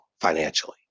financially